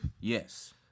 Yes